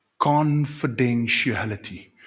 Confidentiality